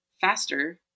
faster